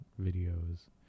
videos